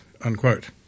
unquote